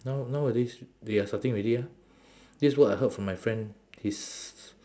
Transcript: now~ nowadays they are starting already ah this what I heard from my friend his